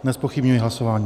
Nezpochybňuji hlasování.